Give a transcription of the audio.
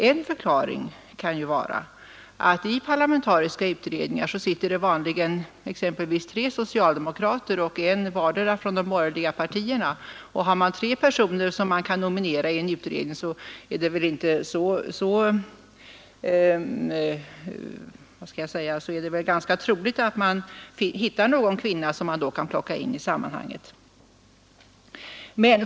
En förklaring kan emellertid vara att det i parlamentariska utredningar vanligen sitter exempelvis tre socialdemokrater och en från vartdera av de borgerliga partierna. Kan man nominera tre personer i en utredning är det väl ganska naturligt att man hittar någon kvinna att plocka in i sammanhanget.